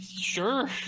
sure